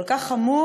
כל כך חמור,